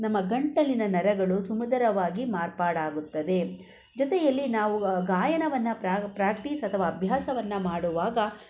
ನಮ್ಮ ಗಂಟಲಿನ ನರಗಳು ಸುಮಧುರವಾಗಿ ಮಾರ್ಪಾಡಾಗುತ್ತದೆ ಜೊತೆಯಲ್ಲಿ ನಾವು ಆ ಗಾಯನವನ್ನು ಪ್ರಾಕ್ಟೀಸ್ ಅಥವಾ ಅಭ್ಯಾಸವನ್ನು ಮಾಡುವಾಗ